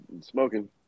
smoking